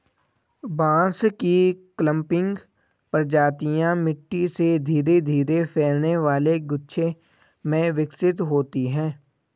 बांस की क्लंपिंग प्रजातियां मिट्टी से धीरे धीरे फैलने वाले गुच्छे में विकसित होती हैं